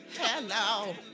Hello